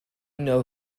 know